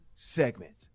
segment